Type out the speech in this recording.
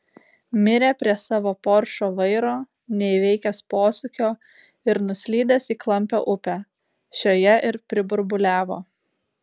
mirė prie savo poršo vairo neįveikęs posūkio ir nuslydęs į klampią upę šioje ir priburbuliavo